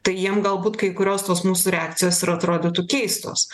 tai jiem galbūt kai kurios tos mūsų reakcijos ir atrodytų keistos